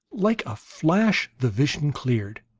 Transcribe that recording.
like a flash, the vision cleared.